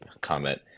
comment